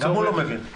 גם הוא לא מבין.